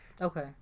Okay